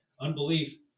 Unbelief